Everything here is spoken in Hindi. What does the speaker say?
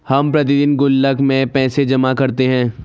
हम प्रतिदिन गुल्लक में पैसे जमा करते है